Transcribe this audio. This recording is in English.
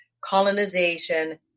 colonization